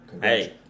Hey